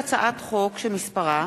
רוברט אילטוב,